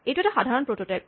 এইটো এটা সাধাৰণ প্ৰট'টাইপ